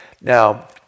Now